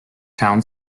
town